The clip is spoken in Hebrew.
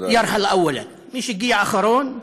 עוזב ראשון.) מי שהגיע אחרון,